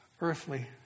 earthly